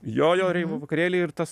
jo jo reivo vakarėlį ir tas